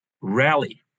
rally